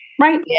Right